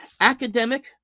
academic